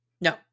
No